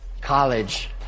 college